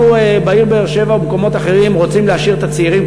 אנחנו בעיר באר-שבע ובמקומות אחרים רוצים להשאיר את הצעירים,